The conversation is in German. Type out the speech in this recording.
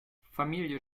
familie